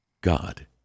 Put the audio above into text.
God